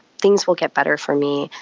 things will get better for me,